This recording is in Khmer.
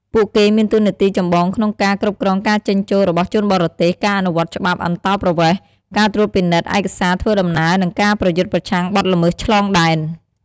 ពួកគេមានតួនាទីចម្បងក្នុងការ គ្រប់គ្រងការចេញចូលរបស់ជនបរទេស ការអនុវត្តច្បាប់អន្តោប្រវេសន៍ ការត្រួតពិនិត្យឯកសារធ្វើដំណើរ និងការប្រយុទ្ធប្រឆាំងបទល្មើសឆ្លងដែន។